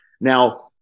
Now